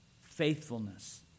faithfulness